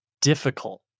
difficult